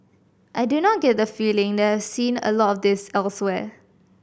I do not get the feeling that I have seen a lot of this elsewhere